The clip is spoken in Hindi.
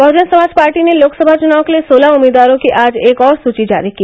बहजन समाज पार्टी ने लोकसभा चुनाव के लिए सोलह उम्मीदवारों की आज एक और सुची जारी की